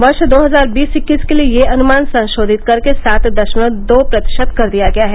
वर्ष दो हजार बीस इक्कीस के लिए यह अनुमान संशोधित करके सात दशमलव दो प्रतिशत कर दिया गया है